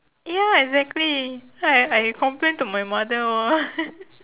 ya exactly so I I complain to my mother lor